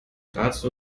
dazu